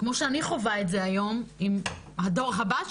כמו שאני חווה את זה היום עם הדור הבא שלי,